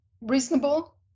reasonable